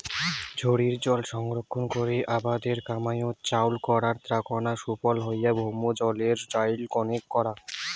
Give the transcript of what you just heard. ঝড়ির জল সংরক্ষণ করি আবাদের কামাইয়ত চইল করার এ্যাকনা সুফল হইল ভৌমজলের চইল কণেক করা